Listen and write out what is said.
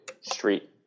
Street